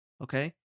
okay